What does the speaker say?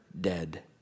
dead